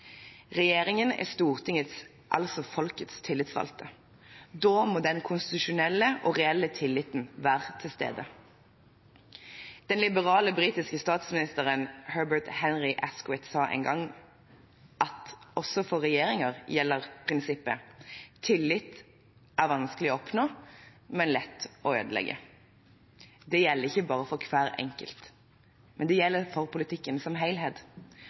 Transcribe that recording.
Regjeringen er Stortingets, altså folkets, tillitsvalgte. Da må den konstitusjonelle og reelle tilliten være til stede. Den liberale britiske statsministeren Herbert Henry Asquith sa en gang at også for regjeringer gjelder prinsippet: Tillit er vanskelig å oppnå, men lett å ødelegge. Det gjelder ikke bare for hver enkelt, men det gjelder for politikken som